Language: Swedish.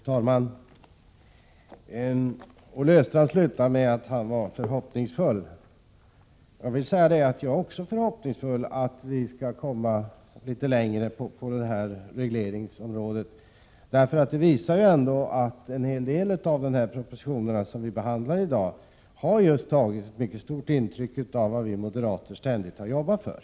Fru talman! Olle Östrand avslutade med att säga att han var förhoppningsfull. Jag hyser också förhoppningar om att vi skall komma litet längre på detta regleringsområde. En stor del av den proposition som behandlas i dag visar ändå att man tagit mycket starkt intryck av vad vi moderater ständigt har jobbat för.